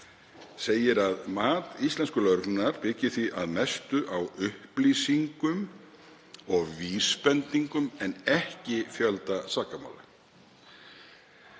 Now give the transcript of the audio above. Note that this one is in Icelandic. segir að mat íslensku lögreglunnar byggist því að mestu á upplýsingum og vísbendingum en ekki fjölda sakamála.